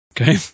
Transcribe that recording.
Okay